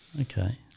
okay